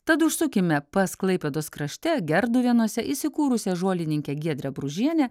tad užsukime pas klaipėdos krašte gerduvėnuose įsikūrusią žolininkę giedrę bružienę